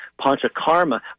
panchakarma